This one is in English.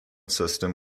system